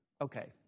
Okay